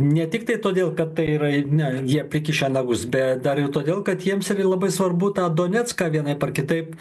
ne tiktai todėl kad tai yra ne jie prikišę nagus bet dar ir todėl kad jiems yra labai svarbu tą donecką vienaip ar kitaip